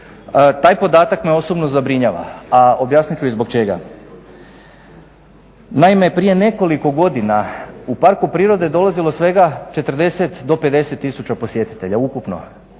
Taj podatak me osobno zabrinjava, a objasnit ću i zbog čega. Naime, prije nekoliko godina u park prirode dolazilo je svega 40 do 50 tisuća posjetitelja ukupno.